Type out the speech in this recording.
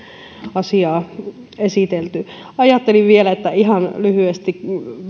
asiaa esitelty ajattelin vielä että ihan lyhyesti